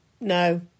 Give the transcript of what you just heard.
no